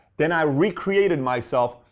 then i recreated myself,